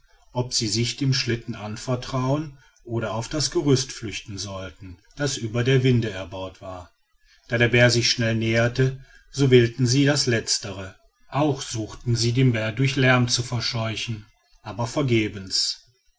ob sie sich dem schlitten anvertrauen oder auf das gerüst flüchten sollten das über der winde erbaut war da der bär sich schnell näherte so wählten sie das letztere auch sie suchten den bär durch lärm zu verscheuchen aber vergebens